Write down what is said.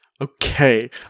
Okay